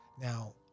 Now